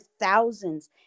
thousands